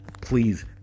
please